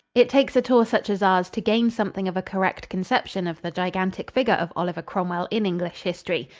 it takes a tour such as ours to gain something of a correct conception of the gigantic figure of oliver cromwell in english history.